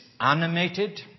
animated